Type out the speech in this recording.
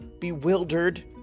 bewildered